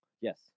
yes